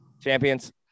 Champions